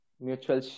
mutual